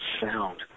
sound